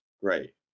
great